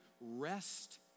rest